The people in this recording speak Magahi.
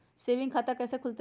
सेविंग खाता कैसे खुलतई?